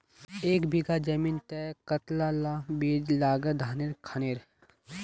एक बीघा जमीन तय कतला ला बीज लागे धानेर खानेर?